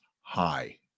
high